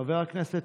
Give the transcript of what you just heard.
חבר הכנסת